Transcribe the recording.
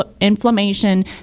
inflammation